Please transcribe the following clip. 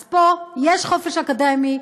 אז פה יש חופש אקדמי,